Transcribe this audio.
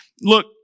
Look